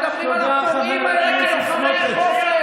מדברים על הפורעים האלה כלוחמי החופש,